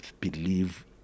believe